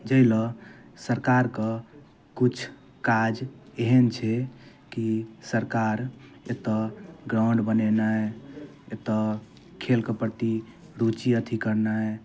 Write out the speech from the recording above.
जाहि लऽ सरकार कऽ किछु काज एहन छै कि सरकार एतऽ ग्राउण्ड बनेनाइ एतऽ खेल कऽ प्रति रूचि अथी करनाइ